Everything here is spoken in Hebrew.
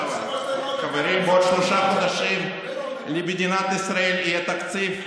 בעוד שלושה חודשים למדינת ישראל יהיה תקציב,